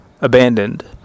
abandoned